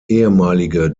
ehemalige